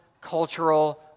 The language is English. cultural